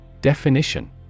Definition